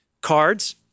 cards